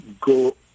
go